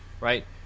right